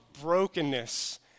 brokenness